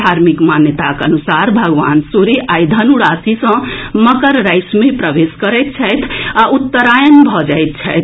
धार्मिक मान्यताक अनुसार भगवान सूर्य आई धनु राशि सँ मकर राशि मे प्रवेश करैत छथि आ उत्तरायण भऽ जाइत छथि